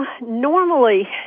Normally